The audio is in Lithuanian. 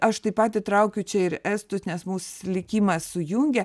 aš taip pat įtraukiu čia ir estus nes mus likimas sujungia